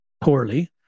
poorly